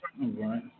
right